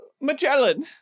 Magellan